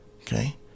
Okay